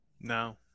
No